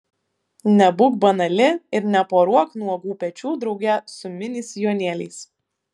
nebūk banali ir neporuok nuogų pečių drauge su mini sijonėliais